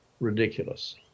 Ridiculous